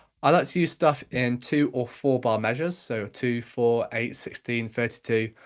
i like to use stuff in two or four-bar measures, so two, four, eight, sixteen, thirty two,